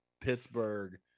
Pittsburgh